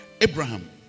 Abraham